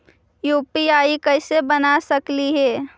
UPI कैसे बना सकली हे?